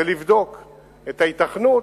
זה לבדוק את ההיתכנות,